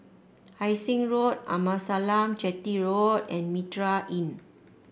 Hai Sing Road Amasalam Chetty Road and Mitraa Inn